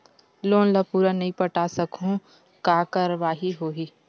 Loan ला पूरा नई पटा सकहुं का कारवाही होही?